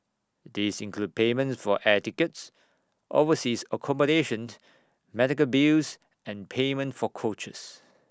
these include payments for air tickets overseas accommodation medical bills and payment for coaches